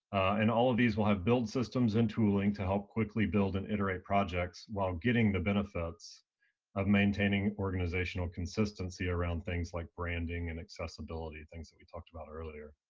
and all of these will have build systems and tooling to help quickly build and iterate projects while getting the benefits of maintaining organizational consistency around things like branding and accessibility, things that i talked about earlier.